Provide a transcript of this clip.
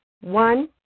One